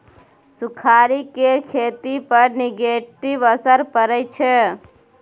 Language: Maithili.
सुखाड़ि केर खेती पर नेगेटिव असर परय छै